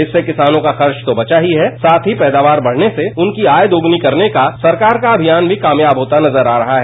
इससे किसानों का खर्च तो बचा ही है साथ ही पैदावार बढ़ने से उनकी आय दोगुनी करने का सरकार का अभियान भी कामयाब होता नजर आ रहा है